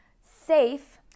safe